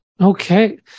Okay